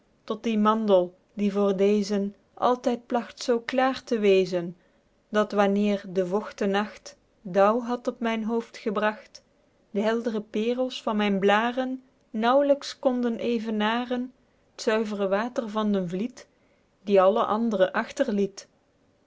tot die mandel die voor dezen altyd plag zoo klaer te wezen dat wanneer de vochte nacht dauw had op myn hoofd gebragt d'heldre perels van myn blâren nauwlyks konden evenaren t zuivre water van den vliet die alle andere